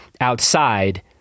outside